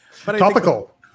Topical